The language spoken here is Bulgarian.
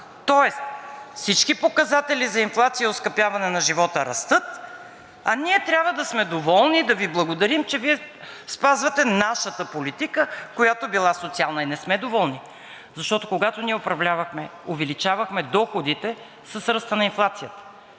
Тоест всички показатели за инфлация и оскъпяване на живота растат, а ние трябва да сме доволни, да Ви благодарим, че Вие спазвате нашата политика, която била социална. Е, не сме доволни, защото, когато ние управлявахме, увеличавахме доходите с ръста на инфлацията